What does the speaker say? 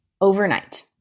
overnight